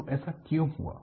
तो ऐसा क्यों हुआ